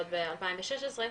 עוד ב-2016,